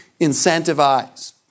incentivize